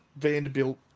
Vanderbilt